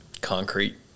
concrete